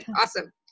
awesome